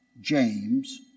James